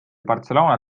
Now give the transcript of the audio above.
barcelona